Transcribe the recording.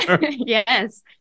yes